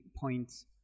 points